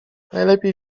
najlepiej